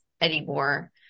anymore